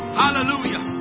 hallelujah